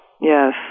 Yes